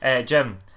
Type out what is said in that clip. Jim